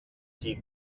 die